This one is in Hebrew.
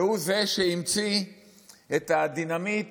והוא זה שהמציא את הדינמיט,